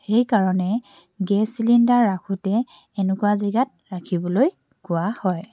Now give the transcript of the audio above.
সেইকাৰণে gas cylinder ৰাখোঁতে এনেকুৱা জেগাত ৰাখিবলৈ কোৱা হয়